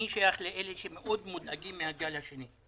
אני שייך לאלה שמאוד מודאגים מן הגל השני,